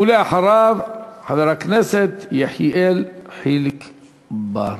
ואחריו, חבר הכנסת יחיאל חיליק בר.